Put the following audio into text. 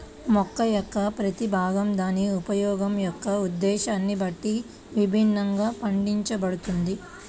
మొక్క యొక్క ప్రతి భాగం దాని ఉపయోగం యొక్క ఉద్దేశ్యాన్ని బట్టి విభిన్నంగా పండించబడుతుంది